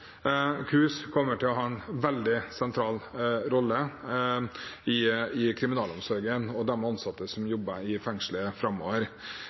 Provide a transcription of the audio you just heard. kommer til å ha en veldig sentral rolle i kriminalomsorgen og for de ansatte som jobber i fengslene framover.